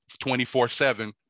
24-7